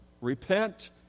Repent